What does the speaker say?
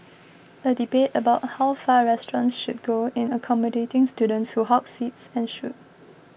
a debate about how far restaurants should go in accommodating students who hog seats ensued